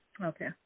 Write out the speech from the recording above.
Okay